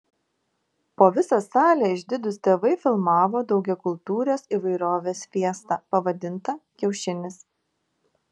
po visą salę išdidūs tėvai filmavo daugiakultūrės įvairovės fiestą pavadintą kiaušinis